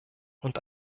und